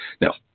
Now